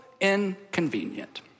inconvenient